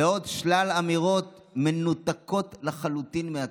ועוד שלל אמירות מנותקות לחלוטין מהציבור.